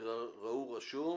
יקראו "רשום",